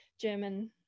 German